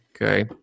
okay